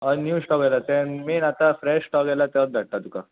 हय new stock येयला तेन मेन आतां फ्रेश स्टॉक येयला तोच धाडटा तुका